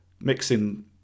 mixing